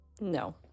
No